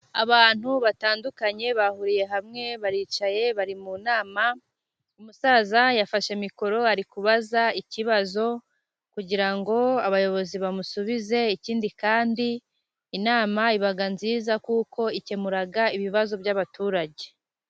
Abantu batandukanye bahuriye hamwe， baricaye， bari mu nama，umusaza yafashe mikoro ari kubaza ikibazo，kugira ngo abayobozi bamusubize. Ikindi kandi inama iba nziza， kuko ikemura ibibazo by'abaturage.